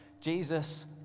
Jesus